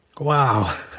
Wow